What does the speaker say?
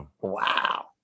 Wow